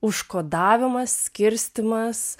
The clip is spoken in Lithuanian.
užkodavimas skirstymas